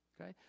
Okay